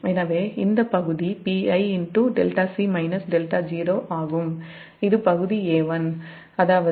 எனவே இந்த பகுதி Pi 𝜹𝒄 𝜹𝟎 ஆகும் இது பகுதி A1 அதாவது பகுதி A1 உங்கள் பகுதி A2